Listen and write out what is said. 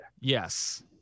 Yes